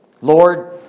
Lord